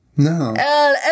No